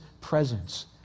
presence